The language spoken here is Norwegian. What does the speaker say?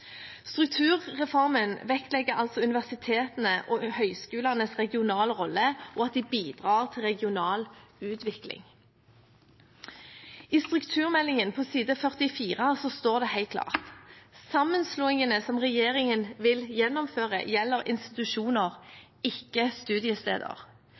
Strukturreformen vektlegger altså universitetenes og høyskolenes regionale rolle og at de bidrar til regional utvikling. I strukturmeldingen, på side 44, står det helt klart: «Sammenslåingene som regjeringen vil gjennomføre, gjelder